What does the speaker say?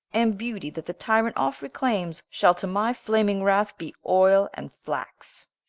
and beautie, that the tyrant oft reclaimes, shall to my flaming wrath, be oyle and flax